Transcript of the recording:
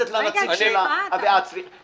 על החוק הזה נעשתה עבודה מאוד מאוד רצינית בוועדה.